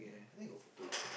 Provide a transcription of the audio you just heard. then got photo